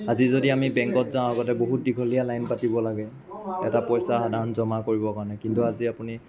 আজি যদি আমি বেংকত যাওঁ আগতে বহুত দীঘলীয়া লাইন পাতিব লাগে এটা পইচা সাধাৰণ জমা কৰিবৰ কাৰণে কিন্তু আজি আপুনি